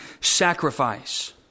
sacrifice